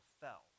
fell